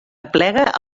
aplega